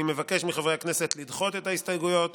אני מבקש מחברי הכנסת לדחות את ההסתייגויות